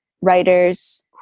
writers